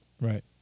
Right